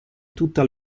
tutta